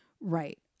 Right